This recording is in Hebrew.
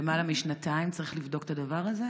למעלה משנתיים צריך לבדוק את הדבר הזה?